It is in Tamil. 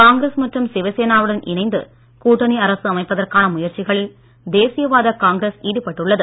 காங்கிரஸ் மற்றும் சிவசேனாவுடன் இணைந்து கூட்டணி அரசு அமைப்பதற்கான முயற்சிகளில் தேசியவாத காங்கிரஸ் ஈடுபட்டுள்ளது